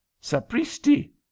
sapristi